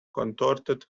contorted